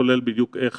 כולל איך